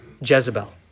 Jezebel